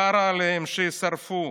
חרא עליהם, שיישרפו.